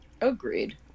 agreed